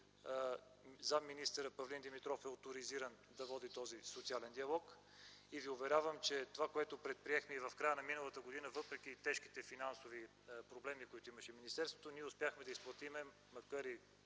Заместник-министър Павлин Димитров е оторизиран да води този социален диалог и ви уверявам, че това, което предприехме и в края на миналата година, въпреки тежките финансови проблеми, които имаше министерството, ние успяхме да изплатим, макар и